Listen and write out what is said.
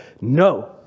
no